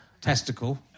testicle